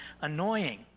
annoying